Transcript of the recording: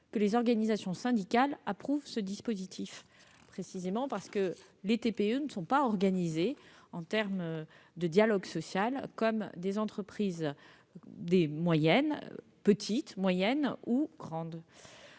Les organisations syndicales approuvent ce dispositif, précisément parce que les TPE ne sont pas organisées, en termes de dialogue social, comme des entreprises petites, moyennes ou grandes.